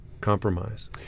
Compromise